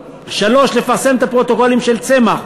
3. לפרסם את הפרוטוקולים של ועדת צמח,